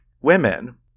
women